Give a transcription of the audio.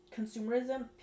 consumerism